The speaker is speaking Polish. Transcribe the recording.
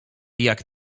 jak